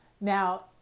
Now